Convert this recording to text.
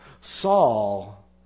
Saul